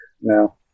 now